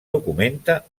documenta